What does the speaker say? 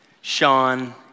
Sean